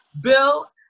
Bill